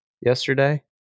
yesterday